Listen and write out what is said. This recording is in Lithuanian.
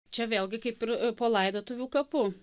čia vėlgi kaip ir po laidotuvių kapu